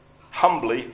humbly